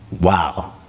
wow